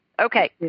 okay